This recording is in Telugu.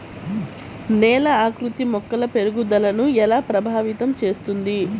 నేల ఆకృతి మొక్కల పెరుగుదలను ఎలా ప్రభావితం చేస్తుంది?